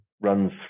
runs